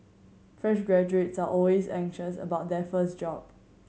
fresh graduates are always anxious about their first job